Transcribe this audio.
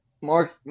Mark